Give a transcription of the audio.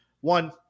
one